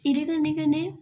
इ'दे कन्नै कन्नै